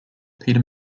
peter